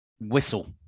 whistle